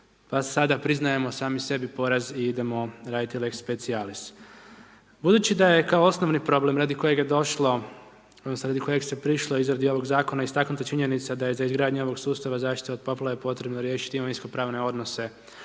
pa sada priznajemo sami sebi poraz i idemo raditi Lex specialis. Budući da je kao osnovni problem radi kojeg je došlo, odnosno radi kojeg se prišlo izradi ovog Zakona, istaknuta činjenica da je za izgradnju ovog sustava zaštite od poplave potrebno riješiti imovinsko-pravne odnose,